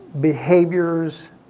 behaviors